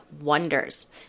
wonders